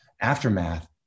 aftermath